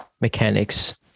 mechanics